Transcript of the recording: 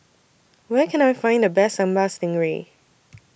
Where Can I Find The Best Sambal Stingray